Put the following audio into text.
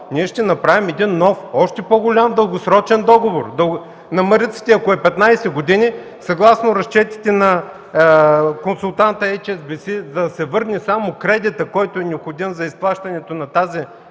ние ще направим един нов, още по-голям дългосрочен договор”. На „Мариците”, ако е 15 години, съгласно разчетите на консултанта HSBC, за да се върне само кредитът, който е необходим за изплащането на тази